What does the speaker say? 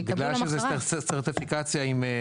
הנושא הוא מצב לימודי העברית באולפנים